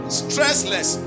stressless